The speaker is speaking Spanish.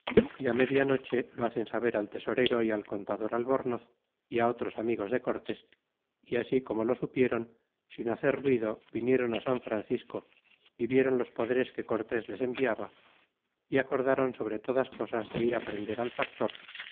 y media noche lo hacen saber al tesorero y al contador albornoz y otros amigos de cortés y así como lo supiéron sin hacer ruido viniéron san francisco y vieron los poderes que cortés les enviaba y acordron sobre todas cosas de ir prender al factor